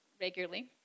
regularly